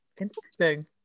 Interesting